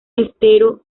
estero